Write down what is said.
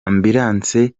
ambulance